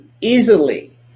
easily